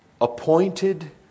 Appointed